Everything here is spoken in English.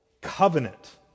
covenant